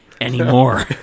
anymore